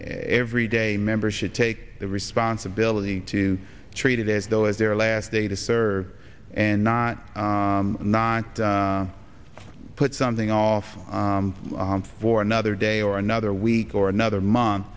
every day a member should take the responsibility to treat it as though is their last day to serve and not not put something off for another day or another week or another month